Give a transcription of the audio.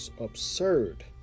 absurd